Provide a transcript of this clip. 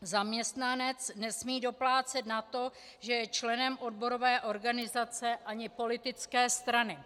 Zaměstnanec nesmí doplácet na to, že je členem odborové organizace ani politické strany.